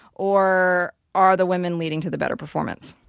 or are the women leading to the better performance?